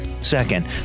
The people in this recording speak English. Second